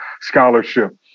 scholarship